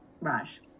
Raj